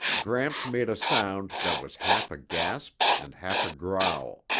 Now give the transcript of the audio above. gramps made a sound that was half a gasp and half a growl,